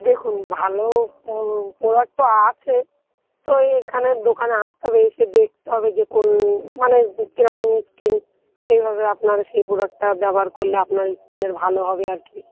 দেখুন ভালো প্রোডাক্ট তো আছে তো এখানে দোকানে আসতে হবে এসে দেখতে হবে যে কোন মানে কীরকম স্কিন সেইভাবে আপনারা সেই প্রোডাক্টটা ব্যবহার করলে আপনার স্কিনের ভালো হবে আর কি